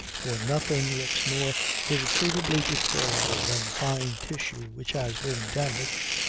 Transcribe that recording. for nothing looks more irretrievably deplorable than fine tissue which has been damaged.